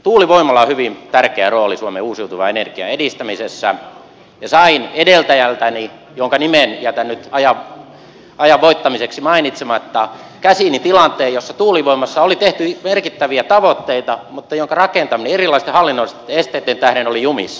tuulivoimalla on hyvin tärkeä rooli suomen uusiutuvan energian edistämisessä ja sain edeltäjältäni jonka nimen jätän nyt ajan voittamiseksi mainitsematta käsiini tilanteen jossa tuulivoimassa oli tehty merkittäviä tavoitteita mutta sen rakentaminen erilaisten hallinnollisten esteitten tähden oli jumissa